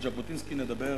על ז'בוטינסקי נדבר